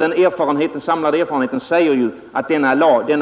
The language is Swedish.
Den samlade erfarenheten säger ju att denna